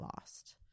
lost